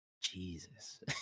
Jesus